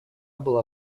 была